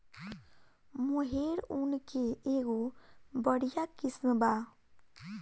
मोहेर ऊन के एगो बढ़िया किस्म बा